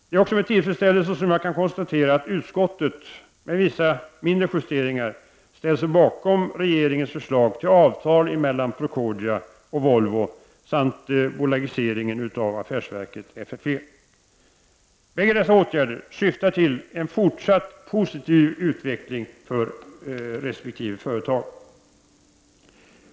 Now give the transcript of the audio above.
Det är också med tillfredsställelse som jag kan konstatera att utskottet med vissa mindre justeringar ställer sig bakom regeringens förslag till avtal mellan Procordia och Volvo samt bolagiseringen av affärsverket FFV. Båda dessa åtgärder syftar till en fortsatt positiv utveckling för resp. företag.